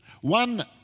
One